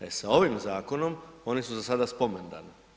E sa ovim zakonom, oni su za sada spomendan.